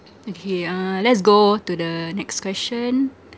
okay uh let's go to the next question